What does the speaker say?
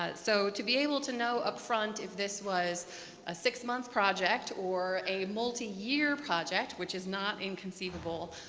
ah so to be able to know up front if this was a six-month project or a multi-year project, which is not inconceivable,